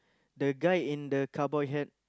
the guy in the cowboy hat